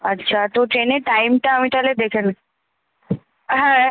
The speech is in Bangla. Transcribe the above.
আচ্ছা তো ট্রেনে টাইমটা আমি তালে দেখে নি হ্যাঁ